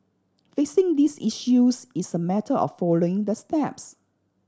fixing these issues is a matter of following the steps